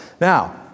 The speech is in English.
Now